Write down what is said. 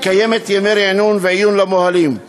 מקיימת ימי רענון ועיון למוהלים ועוד.